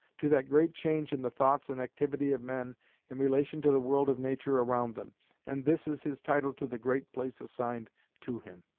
to that great change in the thoughts and activity of men in relation to the world of nature around them and this is his title to the great place assigned to him.